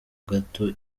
gato